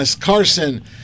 Carson